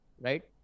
right